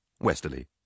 westerly